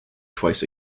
twice